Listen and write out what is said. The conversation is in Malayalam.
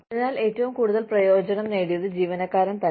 അതിനാൽ ഏറ്റവും കൂടുതൽ പ്രയോജനം നേടിയത് ജീവനക്കാരൻ തന്നെ